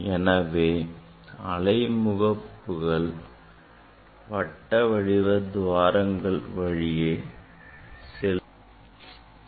எனவே அலை முகப்புகள் வட்டவடிவ துவாரங்கள் வழியே செல்கின்றன